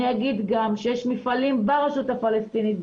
אני גם אומר שיש מפעלים ברשות הפלסטינית,